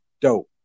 dope